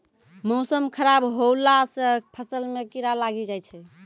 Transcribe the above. मौसम खराब हौला से फ़सल मे कीड़ा लागी जाय छै?